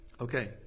Okay